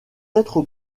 être